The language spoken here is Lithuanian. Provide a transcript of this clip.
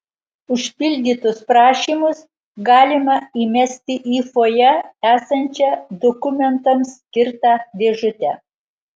užpildytus prašymus galima įmesti į fojė esančią dokumentams skirtą dėžutę